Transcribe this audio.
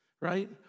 right